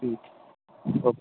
ٹھیک اوکے